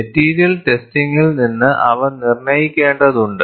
material ടെസ്റ്റിംഗിൽ നിന്ന് അവ നിർണ്ണയിക്കേണ്ടതുണ്ട്